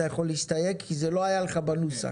יכול להסתייג כי זה לא היה לך בנוסח.